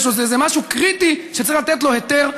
או שזה משהו קריטי שצריך לתת לו היתר.